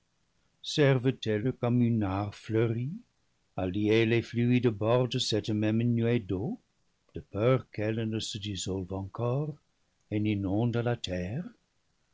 servent elles comme une hart fleurie à lier les fluides bords de cette même nuée d'eau de peur qu'elle ne se dissolve encore et n'inonde la terre